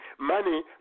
money